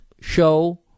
show